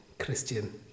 christian